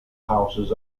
houses